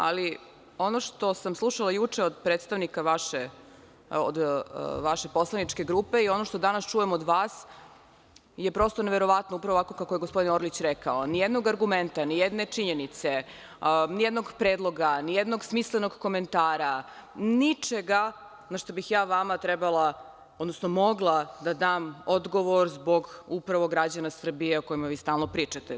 Ali, ono što sam slušala juče od predstavnika vaše poslaničke grupe i ono što danas čujem od vas, je prosto neverovatno, upravo ovako kako je gospodine Orlić rekao, ni jednog argumenta, ni jedne činjenice, ni jednog predloga, ni jednog smislenog komentara, ničega na šta bih ja trebala, odnosno mogla da dam odgovor zbog, upravo zbog građana Srbije, o kojima vi stalno pričate.